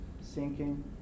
Sinking